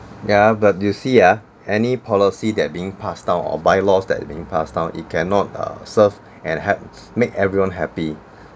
ya but you see uh any policy that being passed down or by-laws that have being passed down it cannot uh serve and help make everyone happy